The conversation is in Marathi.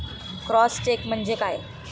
क्रॉस चेक म्हणजे काय?